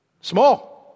Small